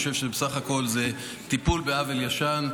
אני חושב שבסך הכול זה טיפול בעוול ישן,